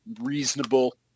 reasonable –